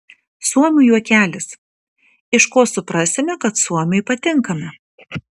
suomių juokelis iš ko suprasime kad suomiui patinkame